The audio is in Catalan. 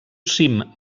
cim